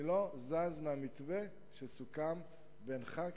אני לא זז מהמתווה שסוכם בינך,